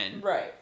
Right